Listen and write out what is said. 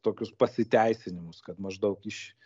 tokius pasiteisinimus kad maždaug iš